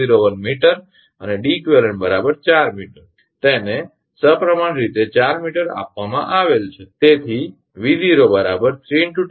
01 𝑚 અને 𝐷𝑒𝑞 4 𝑚 તેને સપ્રમાણ રીતે 4 𝑚 આપવામાં આવેલ છે